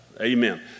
Amen